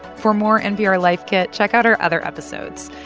for more npr life kit, check out our other episodes.